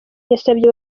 yasabye